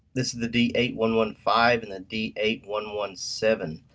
this is the d eight one one five and the d eight one one seven.